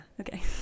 Okay